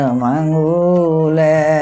mangule